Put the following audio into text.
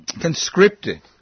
conscripted